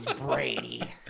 Brady